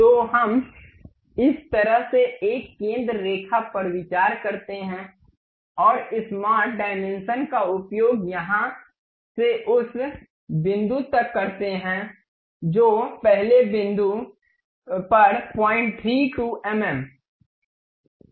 तो हम इस तरह से एक केंद्र रेखा पर विचार करते हैं और स्मार्ट परिमाप का उपयोग यहां से उस बिंदु तक करते हैं जो पहले बिंदु पर 032 एमएम है